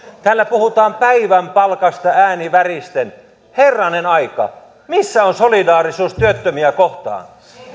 täällä puhutaan päivän palkasta ääni väristen herranen aika missä on solidaarisuus työttömiä kohtaan